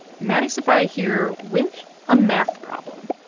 maddie sofia here, with a math problem.